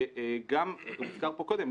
וגם הוזכר פה קודם,